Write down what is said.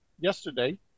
yesterday